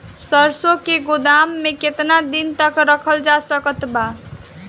सरसों के गोदाम में केतना दिन तक रखल जा सकत बा?